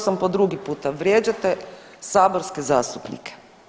238. po drugi puta, vrijeđate saborske zastupnike.